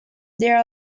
there